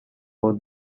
for